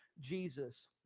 Jesus